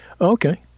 okay